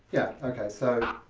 yeah, okay so,